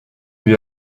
lui